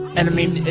and, i mean,